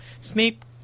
Snape